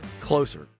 closer